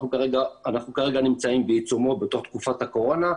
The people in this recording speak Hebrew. אנחנו כרגע נמצאים בעיצומו בתוך תקופת הקורונה.